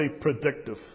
predictive